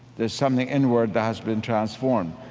there's something inward that has been transformed.